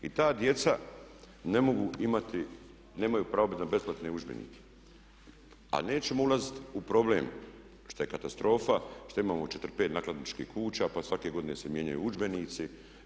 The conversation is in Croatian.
I ta djeca ne mogu imati, nemaju pravo na besplatne udžbenike, a nećemo ulazit u problem šta je katastrofa šta imamo 4, 5 nakladničkih kuća pa svake godine se mijenjaju udžbenici.